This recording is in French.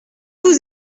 vous